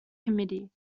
committee